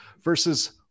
versus